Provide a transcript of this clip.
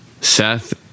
Seth